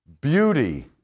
beauty